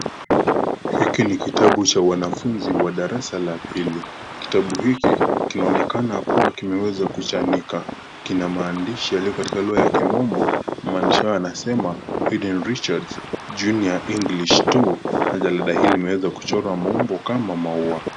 Hiki ni kitabu cha wanafunzi wa darasa la pili, kitabu hiki kinaonekana kuwa kimechanika, kina maandishi yaliyo katika lugha ya kimombo, maandishi hayo yanasema Eden Richards Junior English 2 na jalada hili limeweza kuchorwa maumbo kama maua.